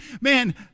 man